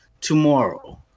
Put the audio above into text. tomorrow